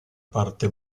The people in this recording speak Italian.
parte